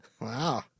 Wow